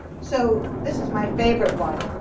so this is my favorite one.